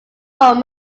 home